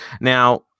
now